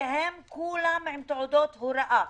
וכולם עם תעודות הוראה.